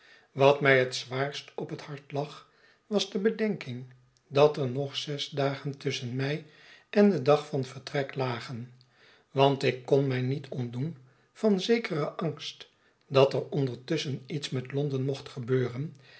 wat mij het zwaarst op het hart lag was de bedenking dat er nog zes dagen tusschen mij en den dag van vertrek lagen want ik kon mij niet ontdoen van zekeren angst dat er ondertusschen iets met l o n d e n mocht gebeuren